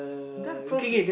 that first